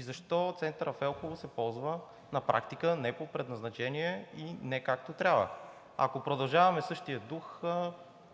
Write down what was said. Защо центърът в Елхово се ползва на практика не по предназначение и не както трябва. Ако продължаваме в същия дух,